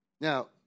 Now